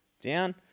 down